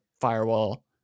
Firewall